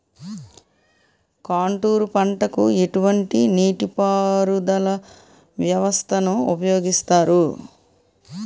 Contour పంటకు ఎటువంటి నీటిపారుదల వ్యవస్థను ఉపయోగిస్తారు?